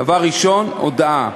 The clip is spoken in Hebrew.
דבר ראשון, הודעה.